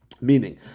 meaning